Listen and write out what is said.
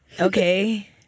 okay